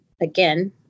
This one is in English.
Again